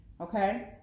Okay